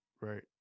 right